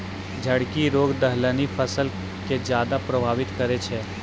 झड़की रोग दलहनी फसल के ज्यादा प्रभावित करै छै